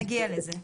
נגיע לזה.